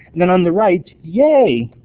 then on the right, yay!